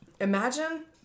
Imagine